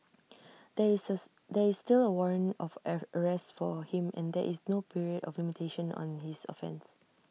there is there is still A warrant of arrest for him and there is no period of limitation on his offence